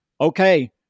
okay